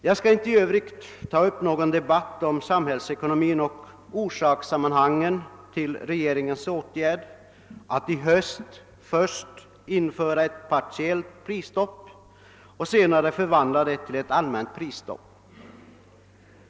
Jag skall i övrigt inte ta upp någon debatt "om sarnhällsekonomin och orsakssammanhangen bakom regeringens åtgärder att i höst först införa ett partiellt prisstopp och sedan förvandla detta till ett allmänt prisstopp.